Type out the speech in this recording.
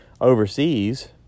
overseas